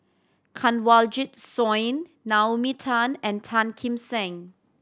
Kanwaljit Soin Naomi Tan and Tan Kim Seng